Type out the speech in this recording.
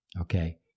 Okay